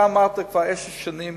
אתה אמרת שכבר עשר שנים